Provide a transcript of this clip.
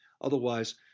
Otherwise